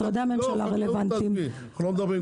חקלאות תעזבי, אנחנו לא מדברים כרגע.